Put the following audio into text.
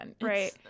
right